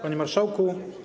Panie Marszałku!